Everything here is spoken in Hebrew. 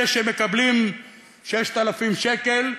אלה שמקבלים 6,000 שקל,